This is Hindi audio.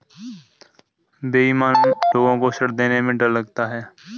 बेईमान लोग को ऋण देने में डर लगता है